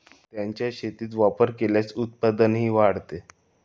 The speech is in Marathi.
त्यांचा शेतीत वापर केल्यास उत्पादनही वाढते